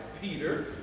Peter